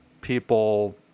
people